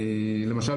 למשל,